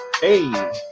hey